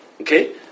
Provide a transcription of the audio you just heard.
Okay